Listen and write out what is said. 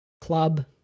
club